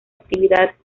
actividad